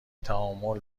تعامل